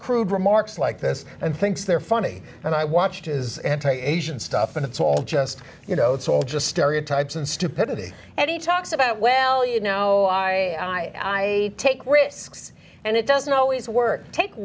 crude remarks like this and thinks they're funny and i watched his asian stuff and it's all just you know it's all just stereotypes and stupidity and he talks about well you know i take risks and it doesn't always work take